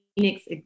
Phoenix